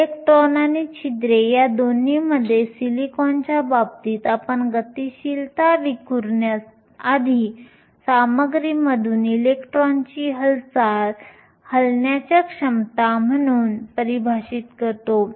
electron आणि छिद्रे या दोन्हीसाठी सिलिकॉनच्या बाबतीत आपण गतिशीलता विखुरण्याआधी सामग्रीमधून इलेक्ट्रॉनची हलण्याच्या क्षमता म्हणून परिभाषित करतो